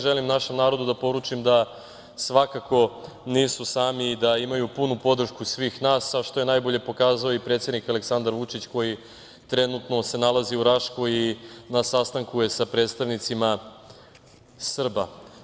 Želim našem narodu da poručim da svakako nisu sami i da imaju punu podršku svih nas, a što je najbolje i pokazao predsednik Aleksandar Vučić koji se trenutno nalazi u Raškoj i na sastanku je sa predstavnicima Srba.